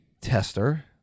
Tester